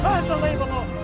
Unbelievable